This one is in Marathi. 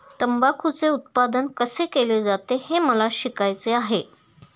तंबाखूचे उत्पादन कसे केले जाते हे मला शिकायचे आहे